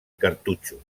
cartutxos